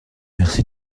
merci